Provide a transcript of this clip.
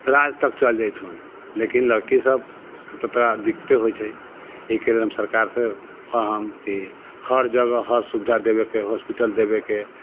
राज्य तक चलि जाइत हइ लेकिन लड़कीसबके तऽ दिक्कते होइ छै एहिके लेल हम सरकारसँ कहब कि हर जगह हर सुविधा देबैके हॉस्पिटल देबैके